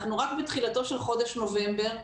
אנחנו רק בתחילתו של חודש נובמבר,